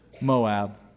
Moab